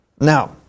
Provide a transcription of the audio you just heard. Now